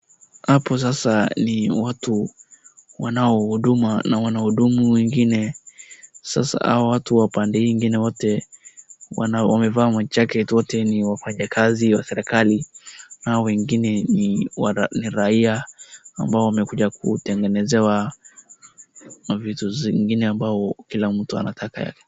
Hapo sasa ni watu wanaohuduma na wanaohudumu wengine, sasa hao watu wa pande hii ingine wote, wamevaa ma jacket , na hao wengine ni wana, ni raia ambao wamekuja kutengenezewa mavitu zingine ambao kila mtu anataka yake.